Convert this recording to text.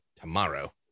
tomorrow